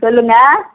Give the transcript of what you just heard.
சொல்லுங்கள்